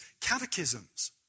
catechisms